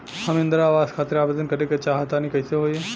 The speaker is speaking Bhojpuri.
हम इंद्रा आवास खातिर आवेदन करे क चाहऽ तनि कइसे होई?